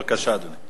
בבקשה, אדוני.